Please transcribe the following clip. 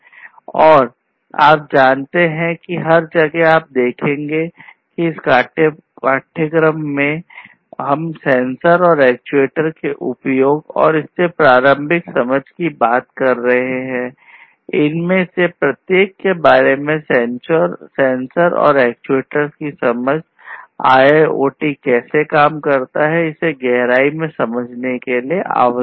और आप जानते हैं हर जगह आप देखेंगे कि इस पाठ्यक्रम में हम सेंसर और एक्ट्यूएटर्स के उपयोग और इस प्रारंभिक समझ के बारे में बात कर रहे हैं इनमें से प्रत्येक के बारे में सेंसर और एक्ट्यूएटर की समझ IIoT कैसे काम करता है इसे गहराई में समझने के लिए आवश्यक है